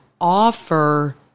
offer